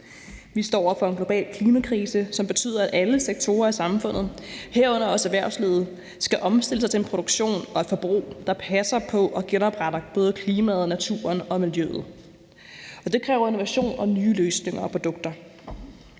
Vi står over for en global klimakrise, som betyder, at alle sektorer af samfundet, herunder også erhvervslivet, skal omstille sig til en produktion og et forbrug, der passer på og genopretter både klimaet, naturen og miljøet. Det kræver innovation og nye løsninger og produkter.